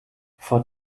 vor